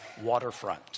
waterfront